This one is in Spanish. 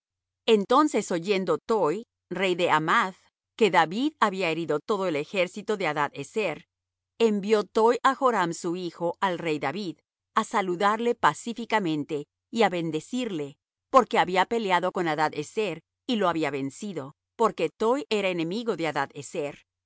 entonces oyendo toi rey de hamath que david había herido todo el ejército de hadad ezer envió toi á joram su hijo al rey david á saludarle pacíficamente y á bendecirle porque había peleado con hadad ezer y lo había vencido porque toi era enemigo de hadad ezer y